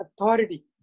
authority